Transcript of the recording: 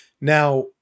Now